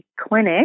clinic